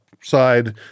side